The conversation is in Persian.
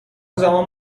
زمان